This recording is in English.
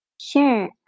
sure